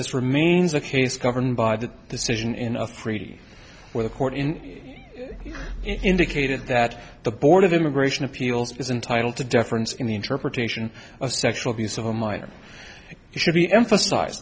this remains a case governed by the decision in afridi where the court in indicated that the board of immigration appeals is entitled to deference in the interpretation of sexual abuse of a minor should be emphasized